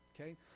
okay